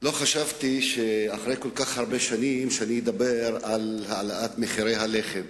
לא חשבתי שאחרי כל כך הרבה שנים אני אדבר על העלאת מחירי הלחם.